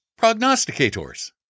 prognosticators